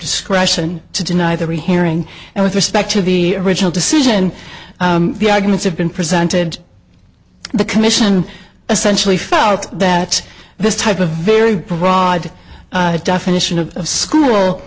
discretion to deny the rehearing and with respect to the original decision the arguments have been presented the commission essentially felt that this type of very broad definition of a